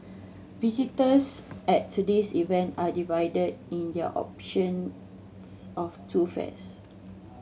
visitors at today's event are divided in their options of two fairs